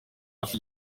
hafi